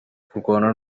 kurwana